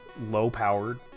low-powered